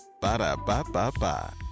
Ba-da-ba-ba-ba